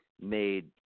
made